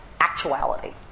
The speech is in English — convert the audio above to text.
actuality